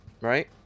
right